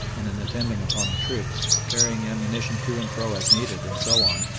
and in attending upon the troops, carrying ammunition to and fro as needed, and so on,